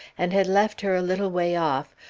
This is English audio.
and had left her a little way off,